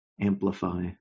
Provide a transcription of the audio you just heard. amplify